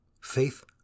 Faith